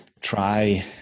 try